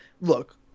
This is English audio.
look